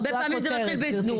הרבה פעמים זה מתחיל בזנות.